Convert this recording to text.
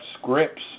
scripts